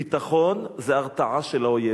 ביטחון זה הרתעה של האויב.